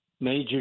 major